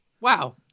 Wow